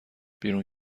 بیرون